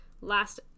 Last